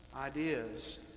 ideas